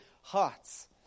hearts